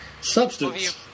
substance